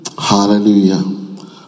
hallelujah